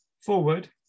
Forward